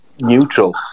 neutral